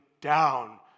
down